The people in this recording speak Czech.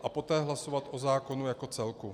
A poté hlasovat o zákonu jako celku.